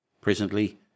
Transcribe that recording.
Presently